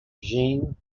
jean